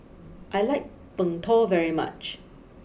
I like Png Tao very much